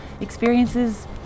experiences